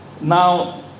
Now